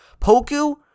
Poku